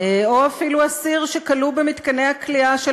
או אפילו אסיר שכלוא במתקני הכליאה של